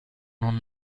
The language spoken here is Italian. non